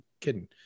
kidding